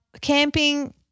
camping